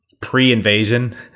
pre-invasion